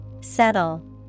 Settle